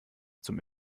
zum